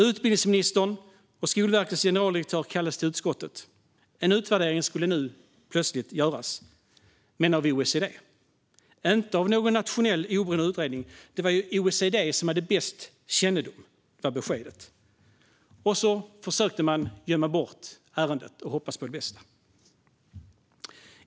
Utbildningsministern och Skolverkets generaldirektör kallades till utskottet. En utvärdering skulle nu plötsligt göras - av OECD och inte av någon nationell oberoende utredning. Det var OECD som hade bäst kännedom, var beskedet. Så försökte man att gömma ärendet och hoppas på det bästa.